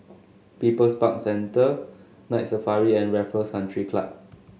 People's Park Centre Night Safari and Raffles Country Club